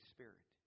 Spirit